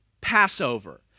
Passover